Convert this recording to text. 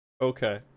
okay